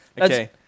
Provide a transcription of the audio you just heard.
Okay